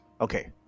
Okay